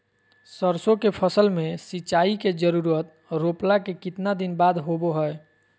सरसों के फसल में सिंचाई के जरूरत रोपला के कितना दिन बाद होबो हय?